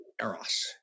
eros